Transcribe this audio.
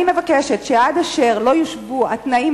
אני מבקשת שעד אשר לא יושוו התנאים,